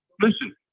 Listen